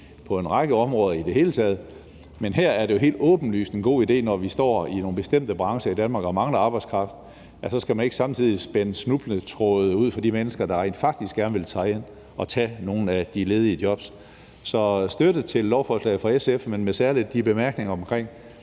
på en række områder i det hele taget, men her er det jo helt åbenlyst en god idé. Når vi i nogle bestemte brancher i Danmark står og mangler arbejdskraft, skal man ikke samtidig spænde snubletråde ud for de mennesker, der rent faktisk gerne vil træde til og tage nogle af de ledige jobs. Så der er støtte til lovforslaget fra SF, men særlig med de bemærkninger om,